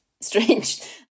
strange